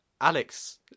Alex